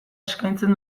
eskaitzen